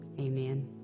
Amen